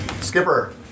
Skipper